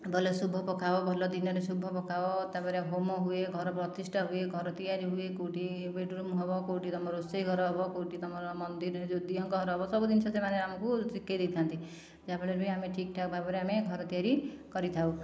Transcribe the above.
ଭଲ ଶୁଭ ପକାଅ ଭଲ ଦିନରେ ଶୁଭ ପକାଅ ତା'ପରେ ହୋମ ହୁଏ ଘର ପ୍ରତିଷ୍ଠା ହୁଏ ଘର ତିଆରି ହୁଏ କେଉଁଠି ବେଡ୍ରୁମ୍ ହେବ କେଉଁଠି ତୁମ ରୋଷେଇଘର ହେବ କେଉଁଠି ତୁମ ଦିଅଁଙ୍କ ଘର ହେବ ସବୁ ଜିନିଷ ସେମାନେ ଆମକୁ ଶିଖାଇ ଦେଇଥାନ୍ତି ଯାହାଫଳରେ ବି ଆମେ ଠିକ୍ ଠାକ୍ ଭାବରେ ଆମେ ଘର ତିଆରି କରିଥାଉ